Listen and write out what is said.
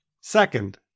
Second